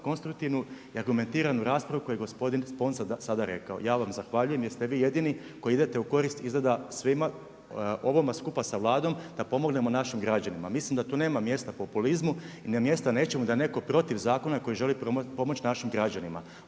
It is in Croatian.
konstruktivnu i argumentiranu raspravu koju je gospodin Sponza sada rekao. Ja vam zahvaljujem jer ste vi jedini koji ide u korist izgleda svima ovome skupa sa Vladom da pomognemo našim građanima. Mislim da tu nema mjesta populizmu i …/Govornik se ne razumije./… i da je netko protiv zakona koji želi pomoć našim građanima.